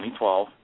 2012